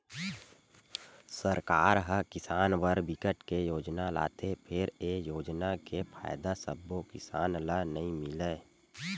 सरकार ह किसान बर बिकट के योजना लाथे फेर ए योजना के फायदा सब्बो किसान ल नइ मिलय